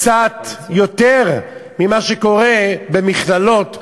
קצת יותר פיקוח ממה שקורה במכללות,